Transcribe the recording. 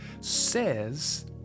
says